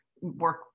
work